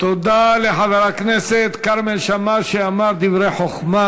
תודה לחבר הכנסת כרמל שאמה, שאמר דברי חוכמה.